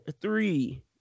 three